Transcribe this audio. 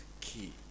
key